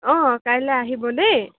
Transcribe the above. অঁ কাইলৈ আহিব দেই